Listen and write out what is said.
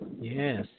Yes